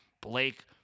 Blake